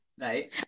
Right